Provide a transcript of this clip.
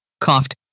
coughed